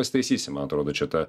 pasitaisysim man atrodo čia tą